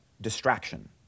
distraction